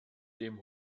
dem